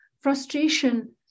frustration